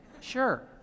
Sure